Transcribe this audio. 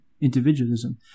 individualism